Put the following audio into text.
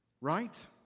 right